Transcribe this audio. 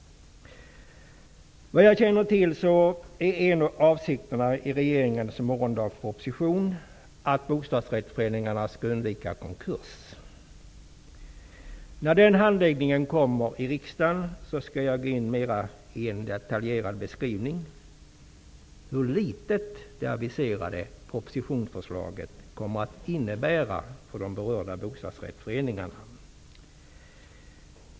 Vad jag känner till är en av avsikterna i regeringens morgondagsproposition att bostadsrättsföreningarna skall undvika konkurs. När handläggningen kommer i riksdagen skall jag gå in i en mera detaljerad beskrivning om hur litet det aviserade förslaget i propositionen kommer att innebära för de berörda bostadsrättsföreningarna.